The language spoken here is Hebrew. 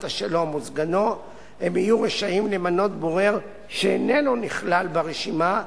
השלום או סגנו הם יהיו רשאים למנות בורר שאינו נכלל ברשימה,